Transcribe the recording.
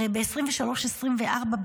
הרי ב-2023 2024,